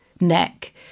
neck